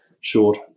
short